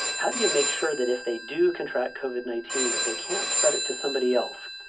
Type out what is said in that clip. how do you make sure that if they do contract covered nineteen, that they can't spread it to somebody else?